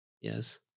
Yes